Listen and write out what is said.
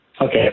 Okay